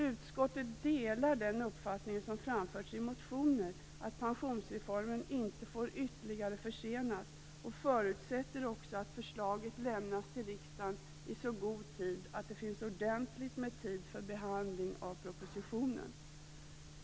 Utskottet delar den uppfattning som framförts i motioner, dvs. att pensionsreformen inte ytterligare får försenas, och förutsätter också att förslaget lämnas till riksdagen i så god tid att det finns ordentligt med tid för behandling av propositionen.